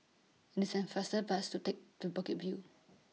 and same faster fast to Take to Bukit View